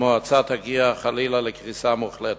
המועצה תגיע חלילה לקריסה מוחלטת.